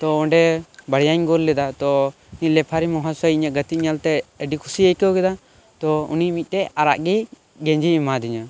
ᱛᱚ ᱚᱸᱰᱮ ᱵᱟᱨᱭᱟᱧ ᱜᱳᱞ ᱞᱮᱫᱟ ᱛᱚ ᱞᱮᱯᱷᱟᱨᱤ ᱢᱚᱦᱟᱥᱚᱭ ᱤᱧᱟᱹᱜ ᱜᱟᱛᱮᱜ ᱧᱮᱞ ᱛᱮ ᱟᱹᱰᱤ ᱠᱩᱥᱤ ᱟᱹᱭᱠᱟᱹᱣ ᱠᱮᱫᱟ ᱛᱚ ᱩᱱᱤ ᱢᱤᱫᱴᱮᱱ ᱟᱨᱟᱜ ᱜᱮ ᱜᱮᱧᱡᱤᱭ ᱮᱢᱟ ᱫᱤᱧᱟᱹ